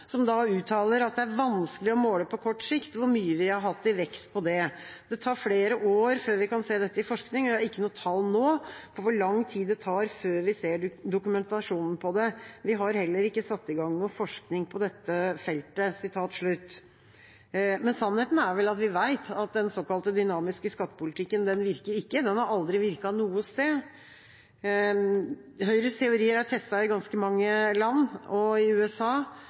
er vanskelig å måle på kort sikt hvor mye vi har hatt i vekst på det. Det tar flere år før vi kan se dette i forskning. Jeg har ikke noe tall nå på hvor lang tid det tar før vi ser dokumentasjon på det. Vi har heller ikke satt i gang noe forskning på dette feltet.» Men sannheten er vel at vi vet at den såkalte dynamiske skattepolitikken ikke virker, den har ikke virket noe sted. Høyres teorier er testet i ganske mange land, og i USA